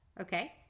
okay